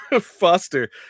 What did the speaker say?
Foster